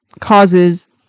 causes